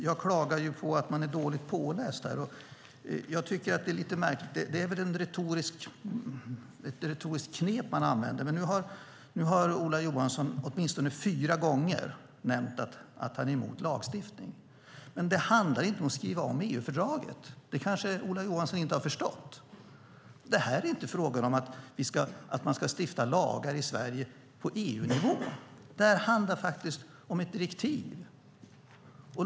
Jag klagar på att man är dåligt påläst. Det är väl ett retoriskt knep man använder. Men nu har Ola Johansson åtminstone fyra gånger nämnt att han är emot lagstiftning. Men det handlar inte om att skriva om EU-fördraget. Det kanske Ola Johansson inte har förstått. Det är inte fråga om att vi ska stifta lagar i Sverige på EU-nivå. Det handlar om ett direktiv.